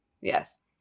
Yes